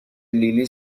لیلی